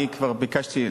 אני כבר ביקשתי,